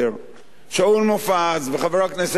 שאול מופז וחבר הכנסת פלסנר